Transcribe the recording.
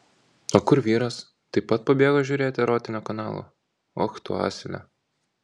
o kur vyras taip pat pabėgo žiūrėti erotinio kanalo och tu asile